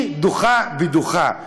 היא דוחה ודוחה.